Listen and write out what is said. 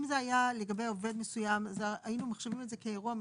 אם זה היה לגבי עובד מסוים אז היינו מחשיבים את זה כאירוע מזכה,